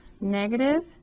negative